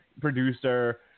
producer